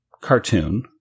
cartoon